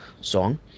song